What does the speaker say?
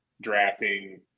drafting